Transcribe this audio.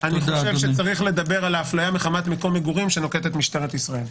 אני חושב שצריך לדבר על ההפליה מחמת מקום מגורים שנוקטת משטרת ישראל.